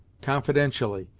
confidentially,